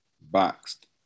boxed